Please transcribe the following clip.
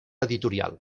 editorial